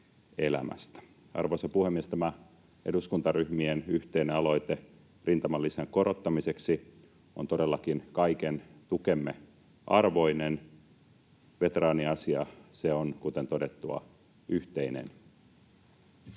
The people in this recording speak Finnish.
Arvoisa puhemies! Tämä eduskuntaryhmien yhteinen aloite rintamalisän korottamiseksi on todellakin kaiken tukemme arvoinen. Veteraaniasia on, kuten todettua, yhteinen.